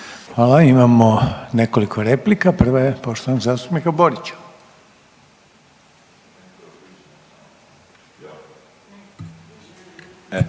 Hvala, imamo nekoliko replika prva je poštovanog zastupnika Borića.